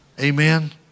Amen